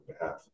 behalf